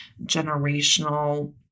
generational